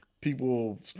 people